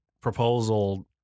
proposal